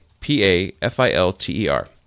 p-a-f-i-l-t-e-r